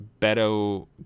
Beto